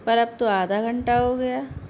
پر اب تو آدھا گھنٹہ ہو گیا